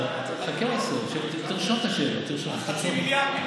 סוף יוני 2021, חצי מיליארד שקל.